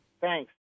Thanks